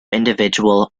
individual